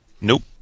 Nope